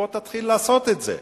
בוא תתחיל לעשות את זה.